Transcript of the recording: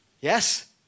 Yes